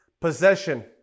possession